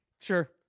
Sure